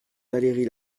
valérie